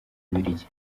bubiligi